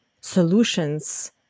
solutions